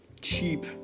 cheap